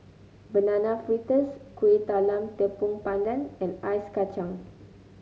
Banana Fritters Kueh Talam Tepong Pandan and Ice Kacang